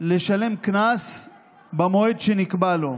לשלם קנס במועד שנקבע לו,